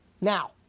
Now